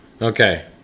Okay